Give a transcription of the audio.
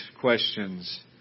questions